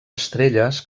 estrelles